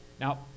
Now